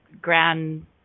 grand